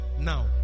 now